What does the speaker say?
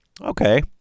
Okay